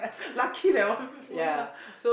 lucky that one move away lah